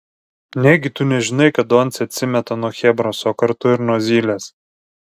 negi tu nežinai kad doncė atsimeta nuo chebros o kartu ir nuo zylės